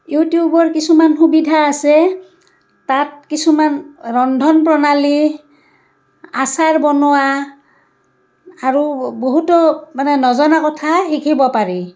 ইউটিউবৰ কিছুমান সুবিধা আছে তাত কিছুমান ৰন্ধন প্ৰণালী আচাৰ বনোৱা আৰু বহুতো মানে নজনা কথা শিকিব পাৰি